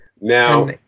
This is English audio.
Now